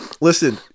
listen